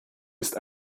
ist